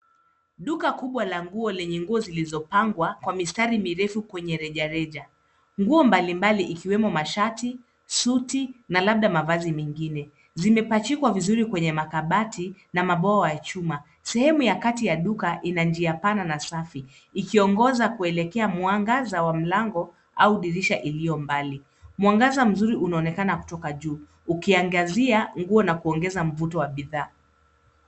Duka kubwa la nguo lenye nguo zilizopangwa kwa mistari mirefu kwenye rejareja. Nguo mbali mbali ikiwemo mashati, suti na labda mavazi mengine, zimepachikwa vizuri kwenye makabati na mabwoa ya chuma. Sehemu ya kati ya duka ina njia pana na safi, ikiongoza kuelekea mwangaza wa mlango au dirisha iliyo mbali. Mwangaza mzuri unaonekana kutoka juu, ukiangazia nguo na kuongeza mvuto wa bidhaa.